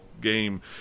game